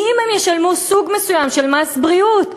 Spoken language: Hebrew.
אם הם ישלמו סוג מסוים של מס בריאות,